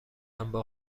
ام، با